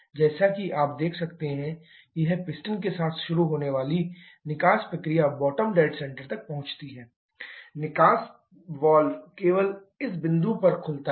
जैसा कि आप देख सकते हैं कि पिस्टन के साथ शुरू होने वाली निकास प्रक्रिया बॉटम डैड सेंटर तक पहुंचती है निकास वाल्व केवल इस बिंदु पर खुलता है